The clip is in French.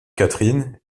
catherine